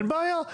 אין בעיה,